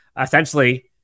essentially